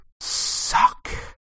suck